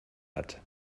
hat